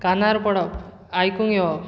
कानार पडप आयकुंक येवप